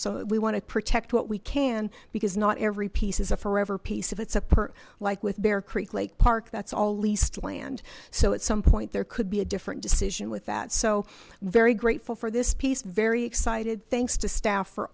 so we want to protect what we can because not every piece is a forever piece if it's a perk like with bear creek lake park that's all leased land so at some point there could be a different decision with that so very grateful for this piece very excited thanks to staff